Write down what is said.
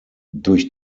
durch